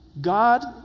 God